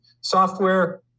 software